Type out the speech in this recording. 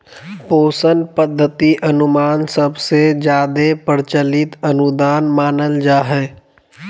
पोषण पद्धति अनुमान सबसे जादे प्रचलित अनुदान मानल जा हय